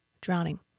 drowning